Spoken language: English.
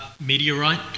Meteorite